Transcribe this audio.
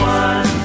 one